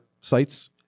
sites